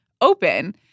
open